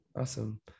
Awesome